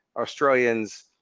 australians